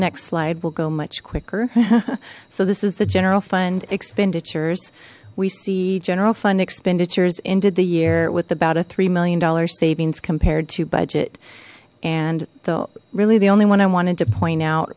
next slide will go much quicker so this is the general fund expenditures we see general fund expenditures into the year with about a three million dollar savings compared to budget and though really the only one i wanted to point out